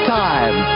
time